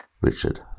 Richard